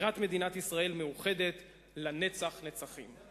בירת מדינת ישראל, מאוחדת לנצח נצחים".